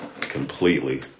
completely